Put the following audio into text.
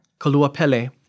Kaluapele